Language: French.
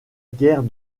guerre